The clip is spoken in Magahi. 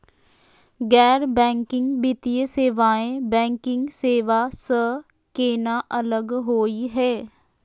गैर बैंकिंग वित्तीय सेवाएं, बैंकिंग सेवा स केना अलग होई हे?